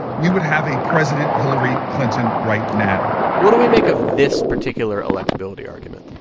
we would have a president hillary clinton right now what do we make of this particular electability argument?